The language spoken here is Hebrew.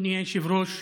אדוני היושב-ראש,